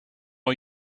are